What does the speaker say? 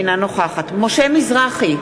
אינה נוכחת משה מזרחי,